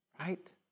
Right